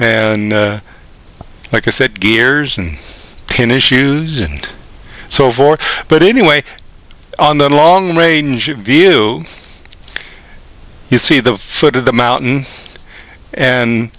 and like i said gears and tin issues and so forth but anyway on the long range view you see the foot of the mountain and